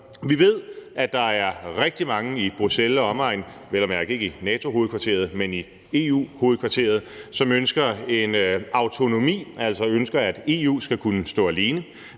Vi ved, at der er rigtig mange i Bruxelles og omegn – vel at mærke ikke i NATO-hovedkvarteret, men i EU-hovedkvarteret – som ønsker en autonomi, altså ønsker, at EU skal kunne stå alene.